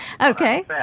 Okay